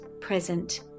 present